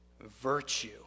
virtue